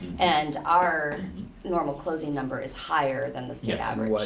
and our normal closing number is higher than the state average.